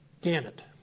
Gannett